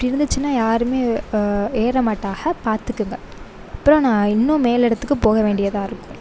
இப்படி இருந்துச்சுனால் யாருமே ஏற மாட்டாக பார்த்துக்குங்க அப்புறம் நான் இன்னும் மேல் இடத்துக்கு போக வேண்டியதாக இருக்கும்